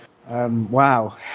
Wow